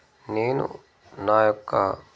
నేను నా యొక్క